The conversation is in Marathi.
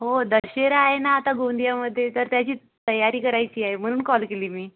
हो दसरा आहे ना आता गोंदियामध्ये तर त्याची तयारी करायची आहे म्हणून कॉल केली मी